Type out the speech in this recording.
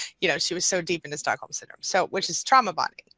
you know she was so deep into stockholm syndrome, so which is trauma bonding,